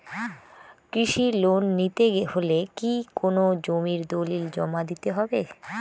কৃষি লোন নিতে হলে কি কোনো জমির দলিল জমা দিতে হবে?